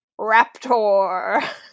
Raptor